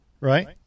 Right